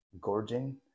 gorging